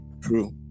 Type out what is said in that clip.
true